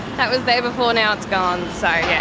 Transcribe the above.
that was there before, now it's gone. so yeah,